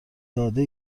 داده